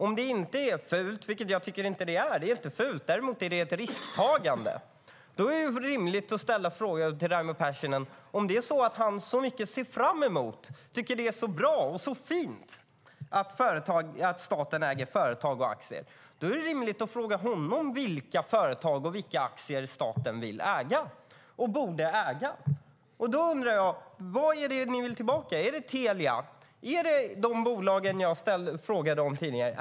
Om det inte är fult, vilket jag inte tycker att det är - däremot är det ett risktagande - är det rimligt att fråga Raimo Pärssinen: Om du tycker att det är så bra och fint att staten äger företag och aktier och ser så mycket ser fram emot det, vilka företag och aktier borde då staten äga? Vad är det ni vill tillbaka till? Är det Telia? Är det de bolag jag frågade om tidigare?